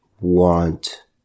want